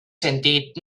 sentit